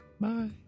Bye